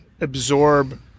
absorb